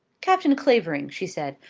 captain clavering, she said,